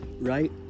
Right